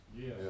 Yes